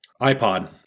iPod